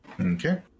Okay